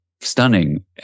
stunning